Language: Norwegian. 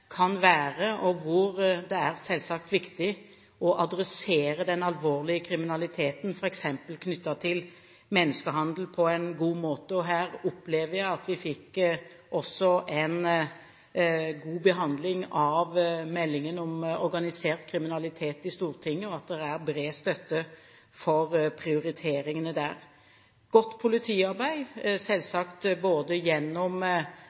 kan være, og hvor viktig det selvsagt er å adressere den alvorlige kriminaliteten, f.eks. knyttet til menneskehandel, på en god måte. Jeg opplever at vi fikk en god behandling av meldingen om organisert kriminalitet i Stortinget, og at det er bred støtte for prioriteringene der. Godt politiarbeid er sentralt, selvsagt både gjennom